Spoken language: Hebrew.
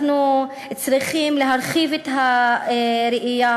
אנחנו צריכים להרחיב את הראייה,